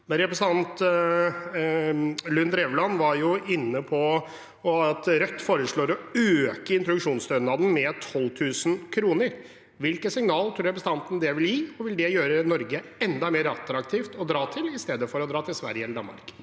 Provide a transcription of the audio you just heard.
Representanten Drevland Lund var inne på at Rødt foreslår å øke introduksjonsstønaden med 12 000 kr. Hvilket signal tror representanten det vil gi? Vil det gjøre Norge enda mer attraktivt å dra til i stedet for å dra til Sverige eller Danmark?